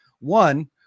one